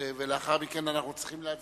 לאחר מכן אנחנו צריכים להצביע.